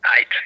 Eight